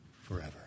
forever